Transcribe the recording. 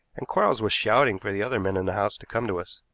and quarles was shouting for the other men in the house to come to us.